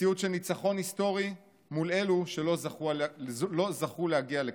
מציאות של ניצחון היסטורי מול אלו שלא זכו להגיע לכאן,